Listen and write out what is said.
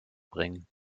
bringen